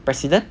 president